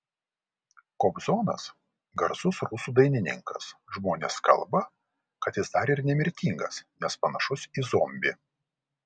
kobzonas garsus rusų dainininkas žmonės kalba kad jis dar ir nemirtingas nes panašus į zombį